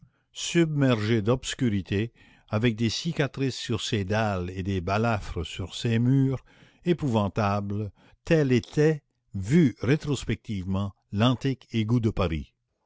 submergé d'obscurité avec des cicatrices sur ses dalles et des balafres sur ses murs épouvantable tel était vu rétrospectivement l'antique égout de paris